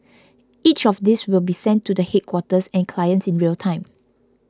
each of these will be sent to the headquarters and clients in real time